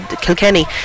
Kilkenny